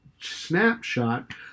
snapshot